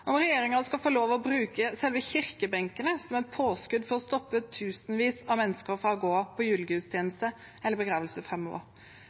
om regjeringen skal få lov til å bruke selve kirkebenkene som et påskudd for å stoppe tusenvis av mennesker fra å gå på